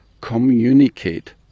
communicate